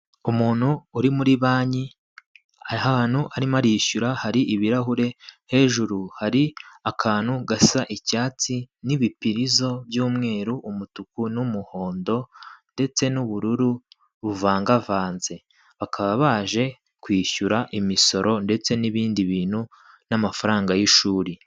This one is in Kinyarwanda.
Umuntu uri muri banki ahantu arimo arishyura hari ibirahure hejuru hari akantu gasa icyatsi n'ibipirizo by'umweru, umutuku n'umuhondo ndetse n'ubururu buvangavanze, bakaba baje kwishyura imisoro ndetse n'ibindi bintu n'amafaranga y'ishuri.